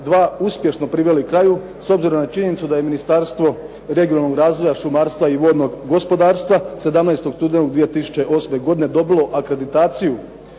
2. uspješno priveli kraju s obzirom na činjenicu da je Ministarstvo regionalnog razvoja šumarstva i vodnog gospodarstva 17. studenog 2008. godine dobilo akreditaciju